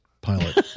pilot